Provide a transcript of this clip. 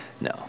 No